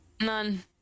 None